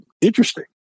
interesting